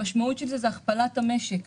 המשמעות של זה היא הכפלת המשק,